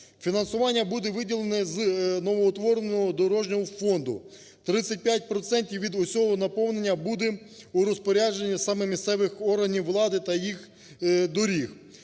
Фінансування буде виділено з новоутвореного дорожнього фонду, 35 процентів від усього наповнення буде у розпорядженні саме місцевих органів влади та їх доріг.